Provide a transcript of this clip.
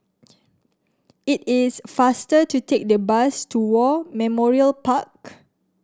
it is faster to take the bus to War Memorial Park